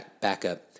backup